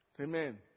Amen